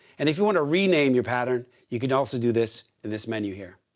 and if you want to rename your pattern, you can also do this in this menu here.